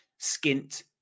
Skint